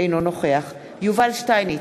אינו נוכח יובל שטייניץ,